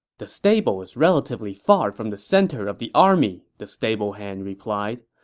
the stable is relatively far from the center of the army, the stablehand replied.